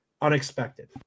unexpected